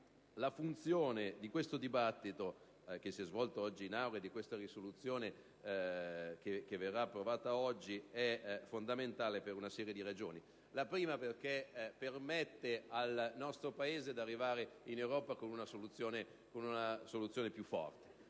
La funzione di questo dibattito che si è svolto in Aula e di questa proposta di risoluzione che verrà votata oggi è fondamentale, per una serie di ragioni. Innanzitutto, permette al nostro Paese di arrivare in Europa con una soluzione più forte.